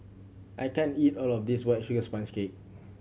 I can't eat all of this White Sugar Sponge Cake